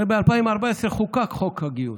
הרי ב-2014 חוקק חוק הגיוס.